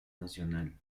nacional